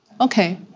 Okay